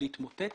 להתמוטט